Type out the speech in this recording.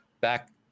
back